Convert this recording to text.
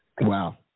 Wow